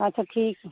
अच्छा ठीक है